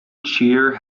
cheer